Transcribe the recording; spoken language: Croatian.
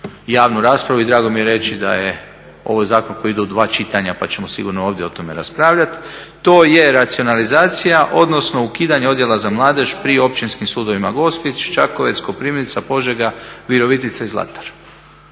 javnu raspravu i drago mi je reći da je ovo zakon koji ide u dva čitanja pa ćemo sigurno ovdje o tome raspravljati, to je racionalizacija odnosno ukidanje odjela za mladež pri općinskim sudovima Gospić, Čakovec, Koprivnica, Požega, Virovitica i Zlatar.